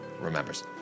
remembers